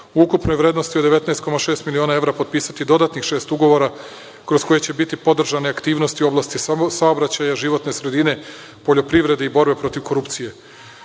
ukupnoj vrednosti od 19,6 miliona evra, potpisati dodatnih šest ugovora kroz koje će biti podržane aktivnosti u oblasti saobraćaja, životne sredine, poljoprivrede i borbe protiv korupcije. Usvojićemo